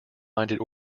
minded